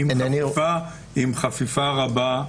עם חפיפה רבה בין הרשומות.